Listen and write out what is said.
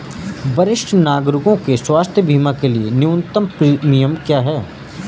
वरिष्ठ नागरिकों के स्वास्थ्य बीमा के लिए न्यूनतम प्रीमियम क्या है?